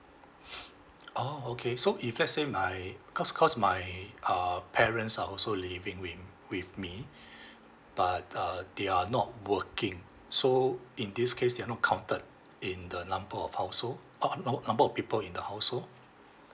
oh okay so if let's say my cause cause my uh parents are also living with with me but uh they are not working so in this case they are not counted in the number of household oh a number number of people in the household